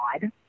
God